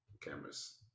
cameras